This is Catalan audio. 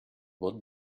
vot